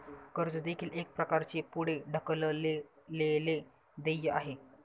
कर्ज देखील एक प्रकारचे पुढे ढकललेले देय आहे